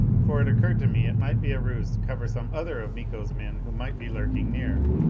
for it occurred to me it might be a ruse to cover some other of miko's men who might be lurking near.